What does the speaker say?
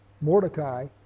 Mordecai